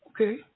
okay